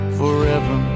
forever